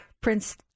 prince